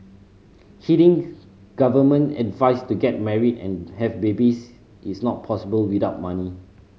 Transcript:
heeding government's advice to get married and have babies is not possible without money